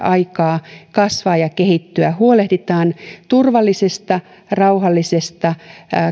aikaa kasvaa ja kehittyä huolehditaan turvallisesta rauhallisesta